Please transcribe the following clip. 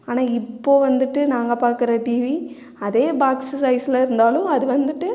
ஆனால் இப்போ வந்துவிட்டு நாங்கள் பார்க்கற டிவி அதே பாக்ஸு சைஸில் இருந்தாலும் அது வந்துவிட்டு